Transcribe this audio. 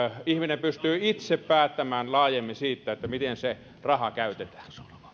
ihminen pystyy itse päättämään laajemmin siitä miten se raha käytetään